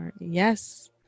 yes